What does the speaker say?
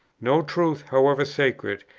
no truth, however sacred,